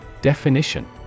Definition